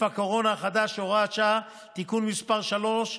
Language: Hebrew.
הקורונה החדש) (הוראת שעה) (תיקון מס' 3),